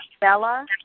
Bella